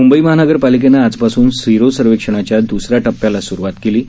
मुंबई महानगर पालिकेनं आजपासून सिरो सर्वेक्षणाच्या दुसर्या टप्प्याला सुरुवात केली आहे